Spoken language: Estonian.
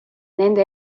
nende